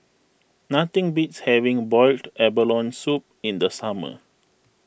nothing beats having Boiled Abalone Soup in the summer